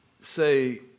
say